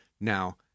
Now